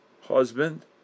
husband